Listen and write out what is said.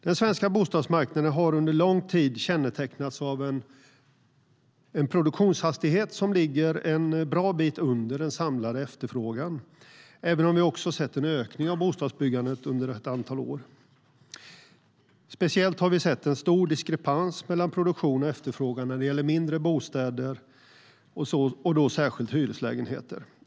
Den svenska bostadsmarknaden har under lång tid kännetecknats av en produktionshastighet som ligger en bra bit under den samlade efterfrågan, även om vi också har sett en ökning av bostadsbyggandet under ett antal år. Speciellt har vi sett en stor diskrepans mellan produktion och efterfrågan när det gäller mindre bostäder, särskilt hyreslägenheter.